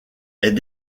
est